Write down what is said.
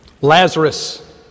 Lazarus